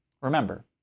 Remember